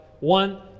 One